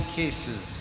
cases